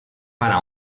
para